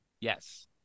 Yes